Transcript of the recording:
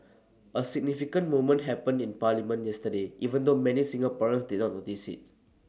A significant moment happened in parliament yesterday even though many Singaporeans did not notice IT